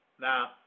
Now